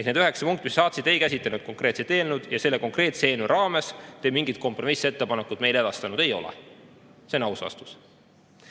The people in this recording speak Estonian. Ehk need üheksa punkti, mis sa saatsid, ei käsitlenud konkreetset eelnõu. Ja selle konkreetse eelnõu raames te mingit kompromissettepanekut meile edastanud ei ole. See on aus vastus.